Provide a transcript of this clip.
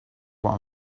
what